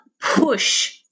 push